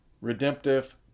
redemptive